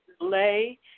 delay